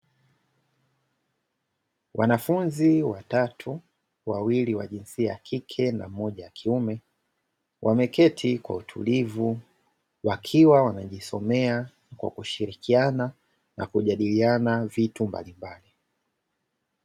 Wanafunzi watatu wawili wa jinsia ya kike na mmoja ya kiume, wameketi kwa utulivu wakiwa wanajisomea, kwa kushirikiana na kujadiliana vitu mbali mbali.